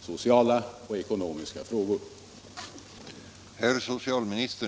sociala och ekonomiska frågor.